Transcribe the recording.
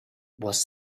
was